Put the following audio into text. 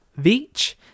Veach